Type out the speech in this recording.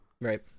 right